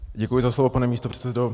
Děkuji za slovo, pane místopředsedo.